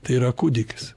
tai yra kūdikis